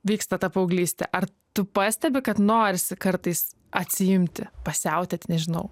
vyksta ta paauglystė ar tu pastebi kad norisi kartais atsiimti pasiautėti nežinau